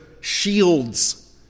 shields